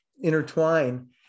intertwine